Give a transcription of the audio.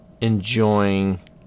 enjoying